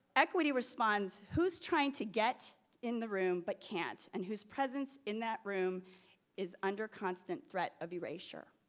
equity responds who's trying to get in the room but can't and whose presence in that room is under constant threat of erasure?